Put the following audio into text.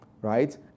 right